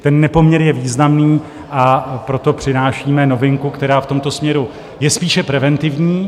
Ten nepoměr je významný, proto přinášíme novinku, která v tomto směru je spíše preventivní.